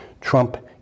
Trump